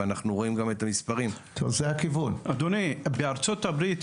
ואחר כך לחברי הכנסת,